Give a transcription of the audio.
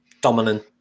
dominant